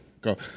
go